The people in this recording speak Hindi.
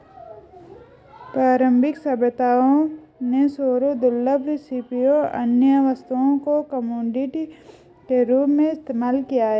प्रारंभिक सभ्यताओं ने सूअरों, दुर्लभ सीपियों, अन्य वस्तुओं को कमोडिटी के रूप में इस्तेमाल किया